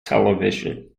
television